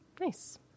nice